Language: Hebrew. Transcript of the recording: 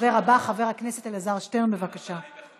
הדובר הבא, חבר הכנסת אלעזר שטרן, בבקשה.